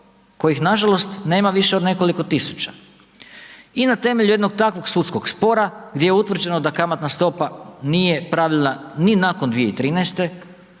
kojih nažalost nema više od nekoliko tisuća. I na temelju jednog takvog sudskog spora gdje je utvrđeno da kamatna stopa nije pravilna ni nakon 2013.